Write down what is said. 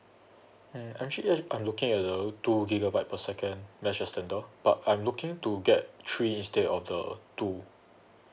mm actually I I looking at the two gigabyte per second mesh extender but I'm looking to get three instead of the two